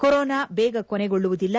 corona ಬೇಗ ಕೊನೆಗೊಳ್ಳುವುದಿಲ್ಲ